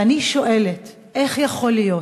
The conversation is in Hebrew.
ואני שואלת: איך יכול להיות